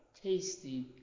tasty